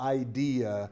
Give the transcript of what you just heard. idea